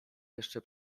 jeszcze